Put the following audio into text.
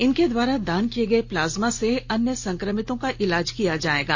इनके द्वारा दान किए गए प्लाज्मा से अन्य संक्रमितों का इलाज किया जाएगा